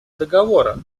договора